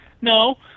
No